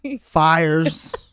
fires